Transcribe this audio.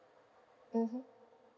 mmhmm